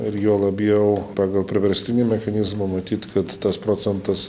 ir juo labiau pagal priverstinį mechanizmą matyt kad tas procentas